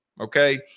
Okay